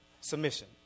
submission